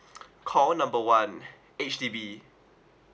call number one H_D_B